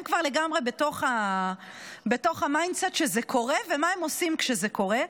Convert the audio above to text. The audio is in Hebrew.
הם כבר לגמרי בתוך ה-mindset שזה קורה ומה הם עושים כשזה קורה,